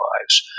lives